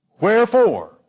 Wherefore